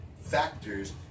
factors